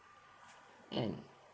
and